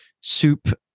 soup